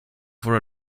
for